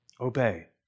Obey